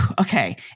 okay